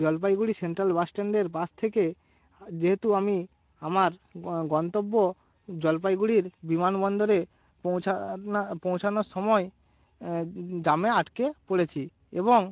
Jalpaiguri central bus স্ট্যান্ডের bus থেকে যেহেতু আমি আমার গন্তব্য জলপাইগুড়ির বিমানবন্দরে পৌঁছানোর সময় জ্যামে আটকে পড়েছি এবং